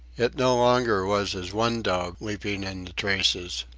it no longer was as one dog leaping in the traces.